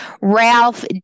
Ralph